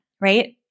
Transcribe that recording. right